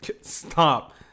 stop